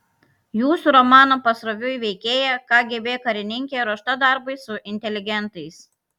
jūsų romano pasroviui veikėja kgb karininkė ruošta darbui su inteligentais